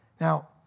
Now